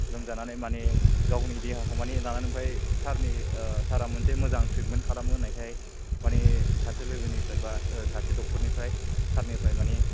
लोमजानानै माने गावनि देहाखौ माने लानानै ओमफ्राय सारनि सार आ मोनसे मोजां ट्रिटमेन्ट खालामो होननायखाय माने सासे लोगोनिफ्राय सासे दक्ट'र निफ्राय सार निफ्राय माने